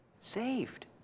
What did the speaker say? saved